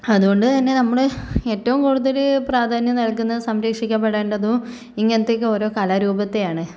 അതുകൊണ്ട് തന്നെ നമ്മൾ ഏറ്റവും കൂടുതൽ പ്രാധാന്യം നൽകുന്നതും സംരക്ഷിക്കപ്പെടേണ്ടതും ഇങ്ങനത്തെയൊക്കെ ഒരു കലാരൂപത്തെയാണ്